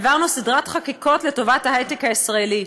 העברנו סדרת חקיקות לטובת ההיי-טק הישראלי.